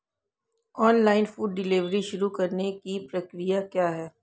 Online food delivery शुरू करने की प्रक्रिया क्या है?